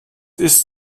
ist